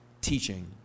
teaching